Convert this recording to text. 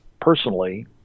personally